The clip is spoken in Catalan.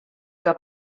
que